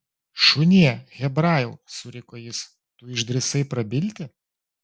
šunie hebrajau suriko jis tu išdrįsai prabilti